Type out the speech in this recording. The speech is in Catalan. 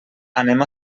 anem